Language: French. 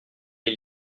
les